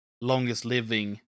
longest-living